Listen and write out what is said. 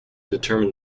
determine